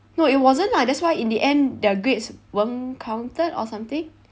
no it wasn't lah that's why in the end the grades weren't counted or something